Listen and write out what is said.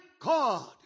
God